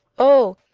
oh,